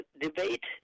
debate